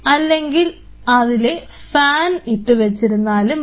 അല്ലെങ്കിൽ അതിലെ ഫാൻ ഇട്ടു വെച്ചിരുന്നാൽ മതി